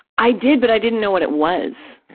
i did, but i didn't know what it was.